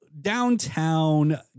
downtown